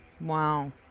Wow